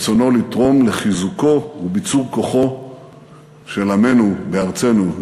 רצונו לתרום לחיזוקו וביצור כוחו של עמנו בארצנו,